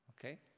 okay